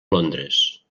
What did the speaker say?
londres